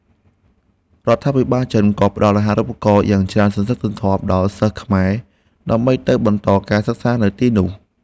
រដ្ឋាភិបាលចិនក៏ផ្តល់អាហារូបករណ៍យ៉ាងច្រើនសន្ធឹកសន្ធាប់ដល់សិស្សខ្មែរដើម្បីទៅបន្តការសិក្សានៅទីនោះ។